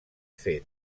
fet